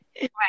Right